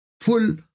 full